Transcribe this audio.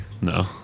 No